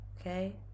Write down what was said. Okay